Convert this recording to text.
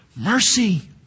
Mercy